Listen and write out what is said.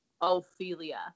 Ophelia